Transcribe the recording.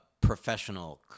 professional